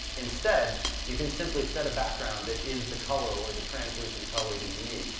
instead, you can simply set a background that is the color or the translucent color that you need.